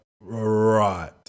right